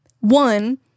One